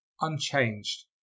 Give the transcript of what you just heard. unchanged